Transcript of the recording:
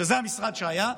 שזה המשרד שהיה,